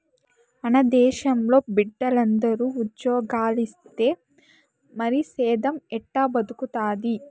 మన దేశంలో బిడ్డలందరూ ఉజ్జోగాలిస్తే మరి సేద్దెం ఎట్టా బతుకుతాది